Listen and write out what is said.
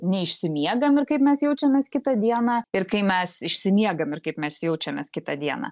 neišsimiegam ir kaip mes jaučiamės kitą dieną ir kai mes išsimiegam ir kaip mes jaučiamės kitą dieną